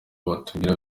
batubwira